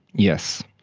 yes.